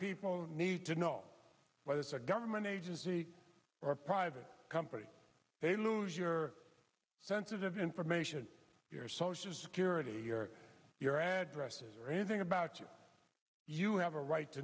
people need to know whether it's a government agency or a private company they lose your sensitive information your social security or your addresses or anything about you you have a right to